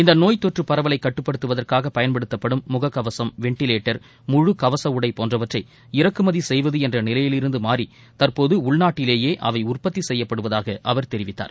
இந்த நோய் தொற்று பரவலை கட்டுப்படுத்துவதற்காக பயன்படுத்தப்படும் முக கவசம் வெண்டிலேட்டர் முடு கவச உளட போன்றவற்றை இறக்குமதி செய்வது என்ற நிலையிலிருந்து மாறி தற்போது உள்நாட்டிலேயே அவை உற்பத்தி செய்யப்படுவதாக அவர் தெரிவித்தார்